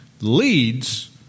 leads